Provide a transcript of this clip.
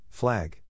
flag